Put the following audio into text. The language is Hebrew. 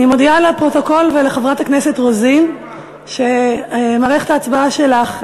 אני מודיעה לפרוטוקול ולחברת הכנסת רוזין שמערכת ההצבעה שלך מאותגרת,